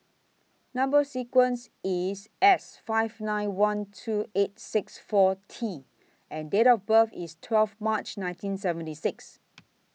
Number sequence IS S five nine one two eight six four T and Date of birth IS twelve March nineteen seventy six